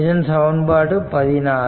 இது சமன்பாடு 14